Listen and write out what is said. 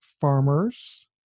farmers